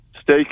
Stay